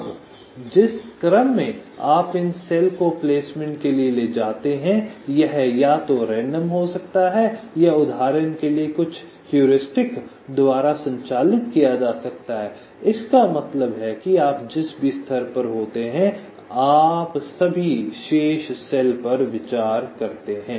अब जिस क्रम में आप इन कोशिकाओं को प्लेसमेंट के लिए ले जाते हैं यह या तो रैंडम हो सकता है या उदाहरण के लिए कुछ हेउरिस्टिक द्वारा संचालित किया जा सकता है इसका मतलब है कि आप जिस भी स्तर पर होते हैं आप सभी शेष सेल पर विचार करते हैं